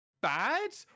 bad